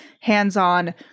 hands-on